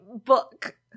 book